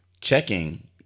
Checking